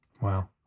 Wow